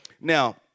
now